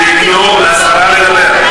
תיתנו לשרה לדבר.